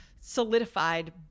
solidified